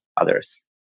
others